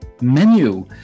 menu